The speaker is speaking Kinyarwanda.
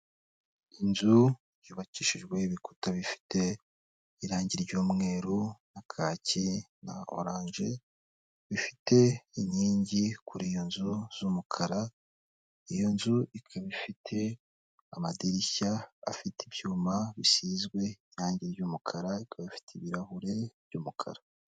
Inzu yubakishijwe ibikuta bifite irangi ry'umweru na kaki na oranje, bifite inkingi kuri iyo nzu z'umukara, iyo nzu ikaba ifite amadirishya afite ibyuma bisizwe irange ry'umukara, ikaba ifite ibirahure by'umukara.